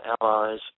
allies